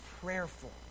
prayerful